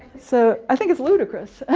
so i think that's ludicrous!